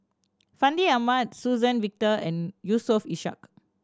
Fandi Ahmad Suzann Victor and Yusof Ishak